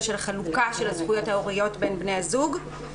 של החלוקה של הזכויות ההוריות בין בני הזוג.